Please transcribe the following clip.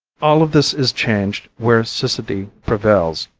all of this is changed where siccity prevails.